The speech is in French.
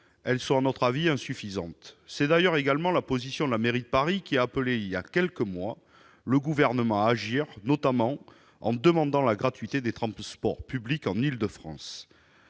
elles sont, à notre avis, insuffisantes. C'est également la position de la mairie de Paris, qui a appelé, il y a quelques mois, le Gouvernement à agir, notamment en demandant la gratuité des transports publics en Île-de-France.